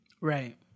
Right